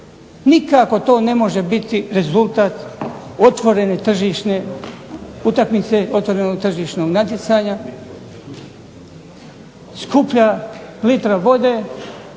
Nikako to ne može biti rezultat otvorene tržišne utakmice, otvorenog tržišnog natjecanja. Skuplja litra vode